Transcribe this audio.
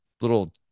little